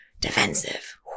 defensive